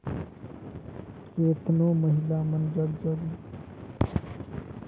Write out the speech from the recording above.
केतनो महिला मन जग बगरा मातरा में धान पान नी रहें अइसे में एही मूसर अउ बहना ले ही धान ल घलो कूटे कर काम करें